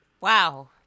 Wow